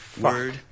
word